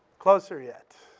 closer yet.